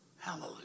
Hallelujah